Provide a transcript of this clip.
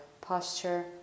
posture